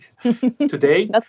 today